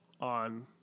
on